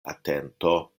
atento